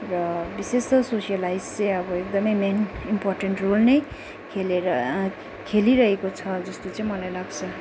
र विशेष त सोसियलाइज चाहिँ अब एकदमै मेन इम्पोर्टेन्ट रोल नै खेलेर खेलिरहेको छ जस्तो चाहिँ मलाई लाग्छ